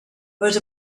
was